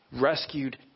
Rescued